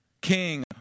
king